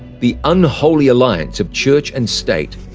the unholy alliance of church and state,